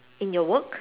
in your work